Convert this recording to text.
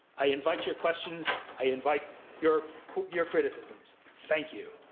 i invite your questions. i invite your your criticisms. thank you.